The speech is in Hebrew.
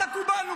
תכו בי,